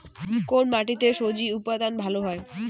কোন মাটিতে স্বজি উৎপাদন ভালো হয়?